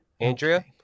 Andrea